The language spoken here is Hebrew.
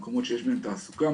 מקומות שיש בהם תעסוקה.